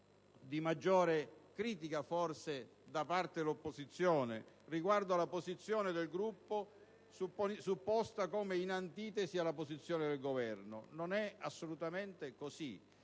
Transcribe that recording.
di maggiore critica, forse, da parte dell'opposizione riguardo alla posizione del Gruppo, supposta come in antitesi alla posizione del Governo. Non è assolutamente così.